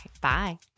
Bye